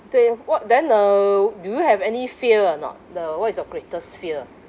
dui orh what then uh do you have any fear or not the what is your greatest fear